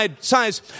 size